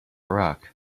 rock